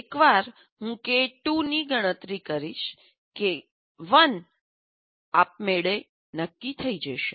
એકવાર હું કે 2 ની ગણતરી કરીશ કે 1 આપમેળે નક્કી થઈ જશે